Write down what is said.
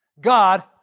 God